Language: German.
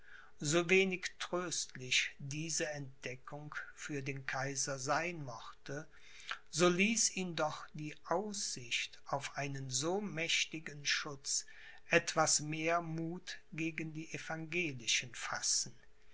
so wenig tröstlich diese entdeckung für den kaiser sein mochte so ließ ihn doch die aussicht auf einen so mächtigen schutz etwas mehr muth gegen die evangelischen fassen